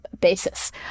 basis